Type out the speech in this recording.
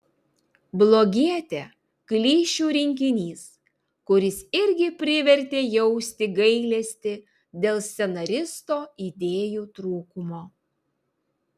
blogietė klišių rinkinys kuris irgi privertė jausti gailesti dėl scenaristo idėjų trūkumo